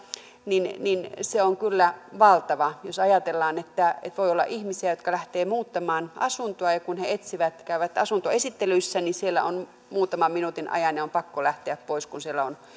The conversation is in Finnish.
niin niin se on kyllä valtava jos ajatellaan niin voi olla ihmisiä jotka lähtevät muuttamaan asuntoa ja kun he etsivät käyvät asuntoesittelyissä niin kun siellä on muutaman minuutin ajan on pakko lähteä pois kun siellä on